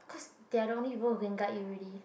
cause they are the one people who can guide you already